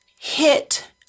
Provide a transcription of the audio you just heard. hit